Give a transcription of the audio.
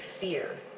fear